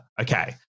Okay